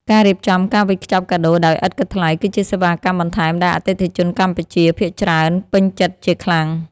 ការរៀបចំការវេចខ្ចប់កាដូដោយឥតគិតថ្លៃ គឺជាសេវាកម្មបន្ថែមដែលអតិថិជនកម្ពុជាភាគច្រើនពេញចិត្តជាខ្លាំង។